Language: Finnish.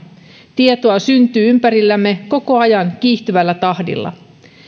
tietoa syntyy ympärillämme koko ajan kiihtyvällä tahdilla